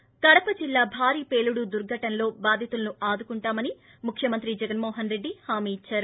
ి కడప జిల్లా భారీ పేలుడు దుర్ఘటనలో బాధితులను ఆదుకుంటామని ముఖ్యమంత్రి జగన్మోహన్రెడ్డి హామీ ఇచ్చారు